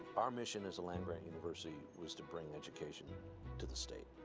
our mission as a land grant university was to bring education to the state.